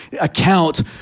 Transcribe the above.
account